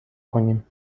کنیم